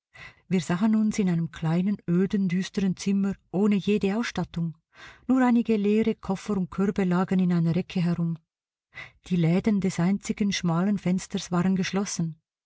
wir sahen uns in einem kleinen öden düsteren zimmer ohne jede ausstattung nur einige leere koffer und körbe lagen in einer ecke herum die läden des einzigen schmalen fensters waren geschlossen